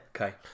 Okay